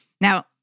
Now